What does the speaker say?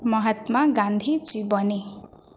ମହାତ୍ମା ଗାନ୍ଧୀ ଜୀବନୀ